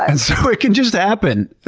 and so, it can just happen.